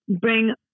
bring